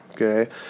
Okay